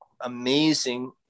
amazing